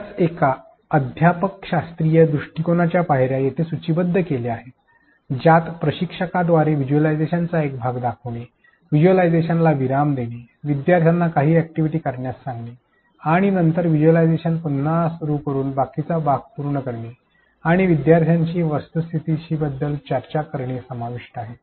अशाच एक अध्यापनशास्त्रीय दृष्टिकोनाच्या पायऱ्या येथे सूचीबद्ध केल्या आहेत ज्यात प्रशिक्षकाद्वारे व्हिज्युअलायझेशनचा एक भाग दर्शविणे व्हिज्युअलायझेशनला विराम देणे विद्यार्थ्यांना काही अॅक्टिव्हिटी करण्यास सांगणे आणि नंतर व्हिज्युअलायझेशन पुन्हा सुरू करून बाकीचा भाग पूर्ण करणे आणि विद्यार्थ्यांशी वस्तुस्थिती बद्दल चर्चा करणे समाविष्ट आहे